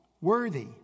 worthy